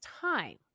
time